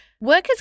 Workers